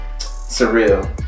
surreal